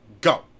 go